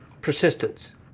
persistence